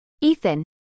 Ethan